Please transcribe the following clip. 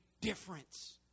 difference